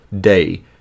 day